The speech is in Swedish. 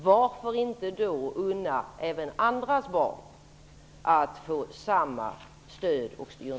Varför inte då unna även andras barn att få samma stöd och hjälp?